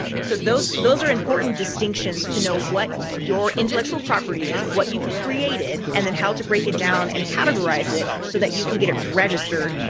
so those, those are important distinctions to know what your intellectual property is, what you've created, and then how to break it down and categorize it so that you can get it registered,